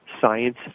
science